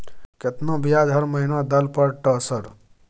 केतना ब्याज हर महीना दल पर ट सर?